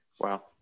Wow